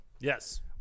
Yes